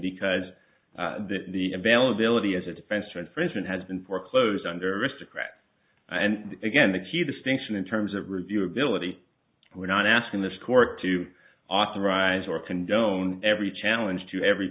because that is the availability as a defense for infringement has been foreclosed under aristocrats and again the key distinction in terms of review ability we're not asking this court to authorize or condone every challenge to every